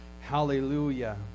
Hallelujah